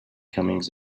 comings